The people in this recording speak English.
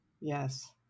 Yes